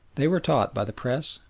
they were taught by the press,